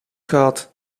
gehad